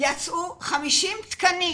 שייצאו 50 תקנים